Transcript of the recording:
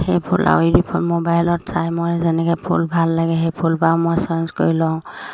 সেই ফুল আৰু ফুল মোবাইলত চাই মই যেনেকৈ ফুল ভাল লাগে সেই ফুলপাহো মই চইচ কৰি লওঁ